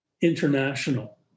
International